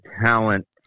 talent